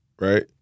right